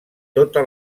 tota